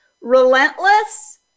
Relentless